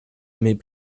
mes